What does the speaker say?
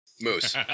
Moose